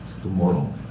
tomorrow